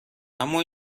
اما